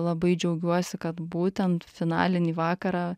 labai džiaugiuosi kad būtent finalinį vakarą